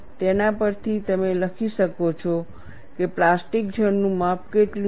તેના પરથી તમે લખી શકો છો કે પ્લાસ્ટિક ઝોન નું માપ કેટલું છે